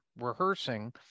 rehearsing